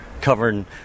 covering